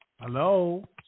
Hello